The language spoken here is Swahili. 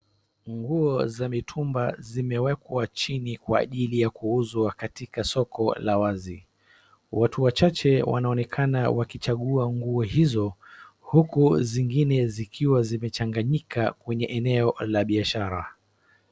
Nguo za mitumba zimewekwa chini kwa ajili ya kuuzwa katika soko la wazi, watu wachache wanaonekana wakichagua nguo hizo, huku zingine zikiwa zimechanganyika kwenye eneo la biashara.